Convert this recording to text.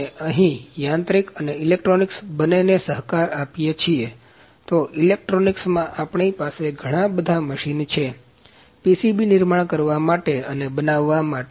આપણે અહી યાંત્રિક અને ઇલેક્ટ્રોનિક્સ બંનેને સહકાર આપીએ છીએ તો ઇલેક્ટ્રોનિક્સમાં આપણી પાસે ઘણા બધા મશીન છે PCB નિર્માણ કરવા અને બનવા માટે